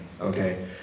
okay